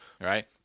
right